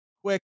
quick